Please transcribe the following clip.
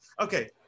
okay